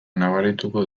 nabarituko